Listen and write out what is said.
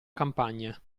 campagna